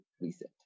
reset